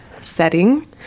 setting